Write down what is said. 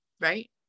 right